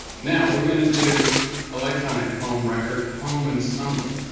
now, we're gonna do electronic home record home and summary.